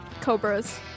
Cobras